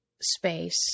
space